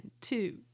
two